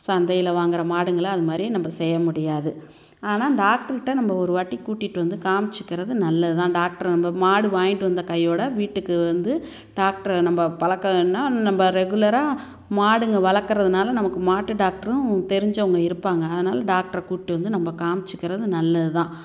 சந்தையில் வாங்கிற மாடுங்களை அது மாதிரி நம்ம செய்ய முடியாது ஆனால் டாக்ட்ருகிட்ட நம்ம ஒரு வாட்டி கூட்டிகிட்டு வந்து காமிச்சுக்கிறது நல்லதுதான் டாக்ட்ரு நம்ம மாடு வாங்கிகிட்டு வந்த கையோடு வீட்டுக்கு வந்து டாக்ட்ரை நம்ம பழக்கம்ன்னா நம்ம ரெகுலராக மாடுங்கள் வளர்க்கறதுனால நமக்கு மாட்டு டாக்ட்ரும் தெரிஞ்சவங்க இருப்பாங்க அதனால் டாக்ட்ரை கூப்பிட்டு வந்து நம்ம காமிச்சுக்கிறது நல்லது தான்